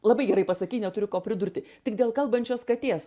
labai gerai pasakei neturiu ko pridurti tik dėl kalbančios katės